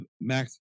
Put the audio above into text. Max